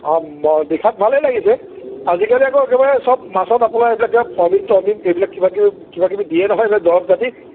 অঁ দেখাত ভালেই লাগিছে আজিকালি আকৌ একেবাৰে চব মাছত আপোনাৰ এইবিলাক কিবা ফৰ্মিল টৰ্মিল এইবিলাক কিবাকিবি কিবাকিবি দিয়ে নহয় এইবিলাক দৰব জাতি